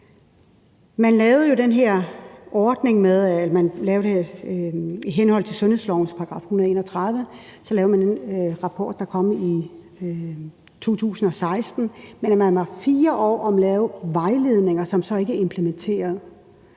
den her ordning i henhold til sundhedslovens § 131, og man lavede så en rapport, der kom i 2016, men man var 4 år om at lave vejledninger, som så ikke implementerede